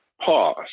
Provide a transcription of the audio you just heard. pause